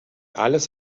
alles